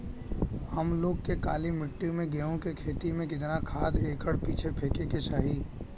हम लोग के काली मिट्टी में गेहूँ के खेती में कितना खाद एकड़ पीछे फेके के चाही?